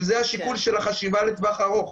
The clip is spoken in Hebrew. שזה השיקול שזה החשיבה לטווח ארוך.